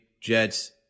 Jets